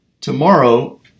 Tomorrow